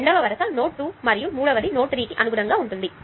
రెండవ వరుస నోడ్ 2 కు మరియు మూడవది నోడ్ 3 కి అనుగుణంగా ఉంటుంది